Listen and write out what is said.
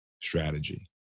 strategy